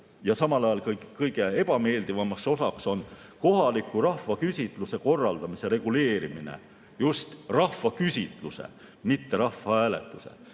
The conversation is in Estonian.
ja samal ajal kõige ebameeldivamaks osaks on kohaliku rahvaküsitluse korraldamise reguleerimine. Just rahvaküsitluse, mitte rahvahääletuse.